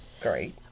Great